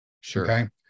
Sure